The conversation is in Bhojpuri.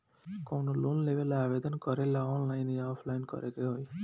कवनो लोन लेवेंला आवेदन करेला आनलाइन या ऑफलाइन करे के होई?